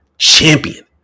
Champion